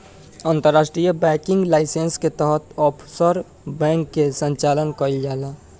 अंतर्राष्ट्रीय banking licence के तहत ऑफशोर बैंक के संचालन कईल जाला